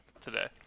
today